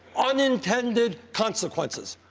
unintended consequences.